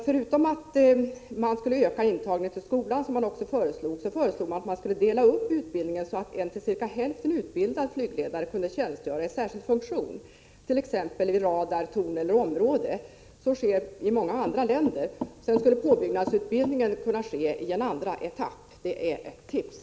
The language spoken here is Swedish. Förutom att man skulle kunna öka intagningen till skolan föreslog man att utbildningen skulle delas upp så att en till cirka hälften utbildad flygledare kunde tjänstgöra i särskild funktion, t.ex. i radar-, torneller områdestjänst. Så sker i många andra länder. Sedan skulle påbyggnadsutbildningen kunna ske i en andra etapp. Det är ett tips.